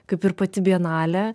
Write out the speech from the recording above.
kaip ir pati bienalė